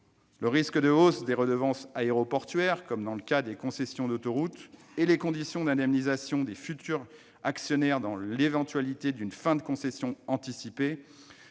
le risque de hausse des redevances aéroportuaires, comme dans le cas des concessions d'autoroutes, et les conditions d'indemnisation des futurs actionnaires dans l'éventualité d'une fin de concession anticipée